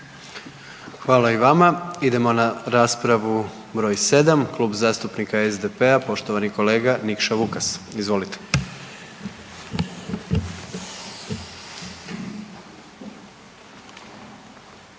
Hvala i vama. Idemo na raspravu broj 7 Klub zastupnika SDP-a poštovani kolega Nikša Vukas. Izvolite.